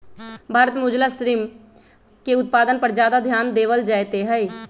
भारत में उजला श्रिम्फ के उत्पादन पर ज्यादा ध्यान देवल जयते हई